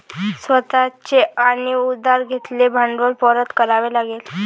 स्वतः चे आणि उधार घेतलेले भांडवल परत करावे लागेल